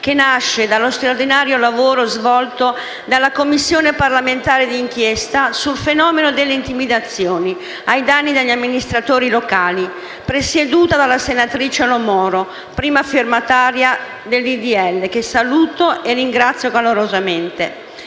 che nasce dallo straordinario lavoro svolto dalla Commissione parlamentare di inchiesta sul fenomeno delle intimidazioni ai danni degli amministratori locali, presieduta dalla senatrice Lo Moro, prima firmataria del disegno di legge, che saluto e ringrazio calorosamente.